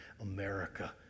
America